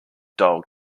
dog